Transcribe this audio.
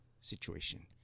situation